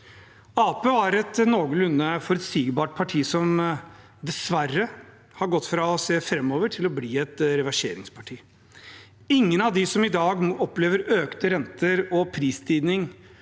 var et noenlunde forutsigbart parti, som dessverre har gått fra å se framover til å bli et reverseringsparti. Ingen av dem som i dag opplever økte renter og prisstigning,